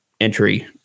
entry